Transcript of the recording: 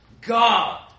God